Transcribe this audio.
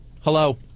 Hello